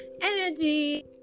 energy